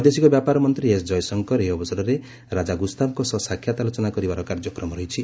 ବୈଦେଶିକ ବ୍ୟାପାର ମନ୍ତ୍ରୀ ଏସ୍ ଜୟଶଙ୍କର ଏହି ଅବସରରେ ରାଜା ଗୁସ୍ତାଫ୍ଙ୍କ ସହ ସାକ୍ଷାତ୍ ଆଲୋଚନା କରିବାର କାର୍ଯ୍ୟକ୍ରମ ରହିଛି